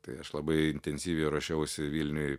tai aš labai intensyviai ruošiausi vilniuj